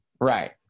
Right